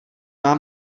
mám